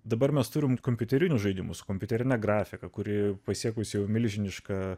dabar mes turime kompiuterinius žaidimus kompiuterine grafika kuri pasiekusi milžinišką